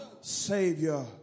Savior